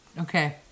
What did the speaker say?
Okay